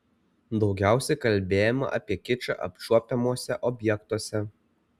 daugiausia kalbėjome apie kičą apčiuopiamuose objektuose